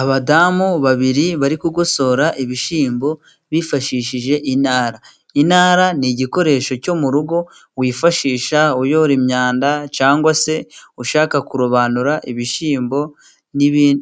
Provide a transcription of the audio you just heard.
Abadamu babiri bari kugosora ibishyimbo, bifashishije intara, intara ni igikoresho cyo mu rugo wifashisha, uyora imyanda cyangwa se ushaka kurobanura ibishyimbo ,